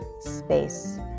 space